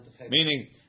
Meaning